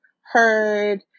heard